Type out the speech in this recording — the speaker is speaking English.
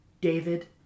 David